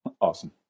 Awesome